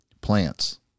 plants